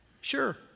Sure